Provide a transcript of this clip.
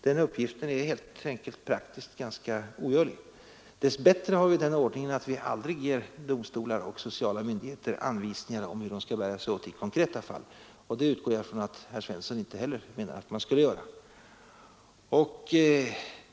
Den uppgiften är helt enkelt praktiskt ganska omöjlig. Dess bättre har vi den ordningen att vi aldrig ger domstolar och sociala myndigheter anvisningar om hur de skall bära sig åt i konkreta fall, och jag utgår ifrån att herr Svensson inte heller menar att man skall göra det.